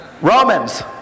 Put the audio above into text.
Romans